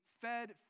fed